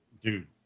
dude